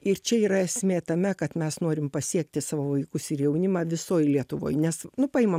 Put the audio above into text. ir čia yra esmė tame kad mes norim pasiekti savo vaikus ir jaunimą visoj lietuvoj nes nu paimam